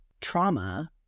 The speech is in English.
trauma